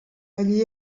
allí